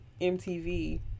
MTV